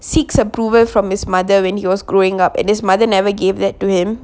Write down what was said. seeks approval from his mother when he was growing up and his mother never gave that to him